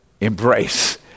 embrace